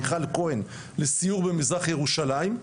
מיכל כהן, לסיור במזרח ירושלים.